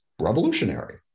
revolutionary